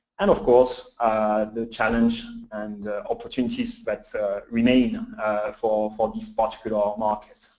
and of course the challenge and opportunities that remain for for this particular ah market.